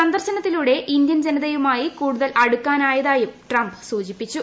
സന്ദർശനത്തിലൂടെ Indian ജനതയുമായി കൂടുതൽ അടുക്കാനായെന്നും ട്രംപ് സൂചിപ്പിച്ചു